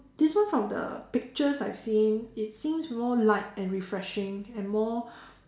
this one from the pictures I've seen it seems more light and refreshing and more